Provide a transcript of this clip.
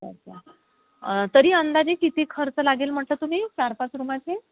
अच्छा अच्छा तरी अंदाजे किती खर्च लागेल म्हटलं तुम्ही चार पाच रूमाचे